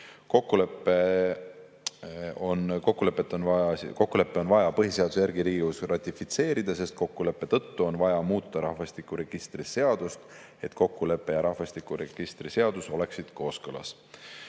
Kokkulepe on vaja põhiseaduse järgi Riigikogus ratifitseerida, sest kokkuleppe tõttu on vaja muuta rahvastikuregistri seadust, et kokkulepe ja rahvastikuregistri seadus oleksid kooskõlas. Kokkuleppe